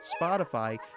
Spotify